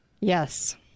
Yes